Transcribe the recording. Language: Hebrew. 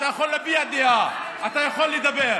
אתה יכול להביע דעה, אתה יכול לדבר,